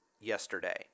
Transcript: yesterday